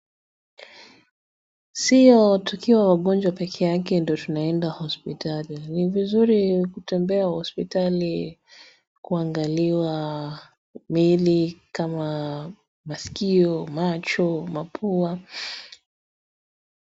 Sio tukio la ugonjwa peke yake ndiyo tunaenda hospitali ni vizuri kutembea hospitali kuangaliwa miili kama maskio, macho, mapua.